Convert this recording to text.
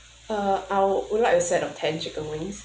uh I would like a set of ten chicken wings